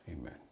Amen